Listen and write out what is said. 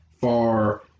far